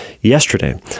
Yesterday